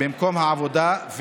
במקום העבודה,